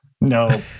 No